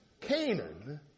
Canaan